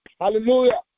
Hallelujah